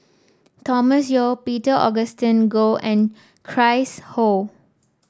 Thomas Yeo Peter Augustine Goh and Chris Ho